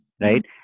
right